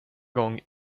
gång